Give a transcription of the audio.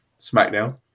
SmackDown